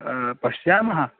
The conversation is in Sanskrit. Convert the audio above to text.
पश्यामः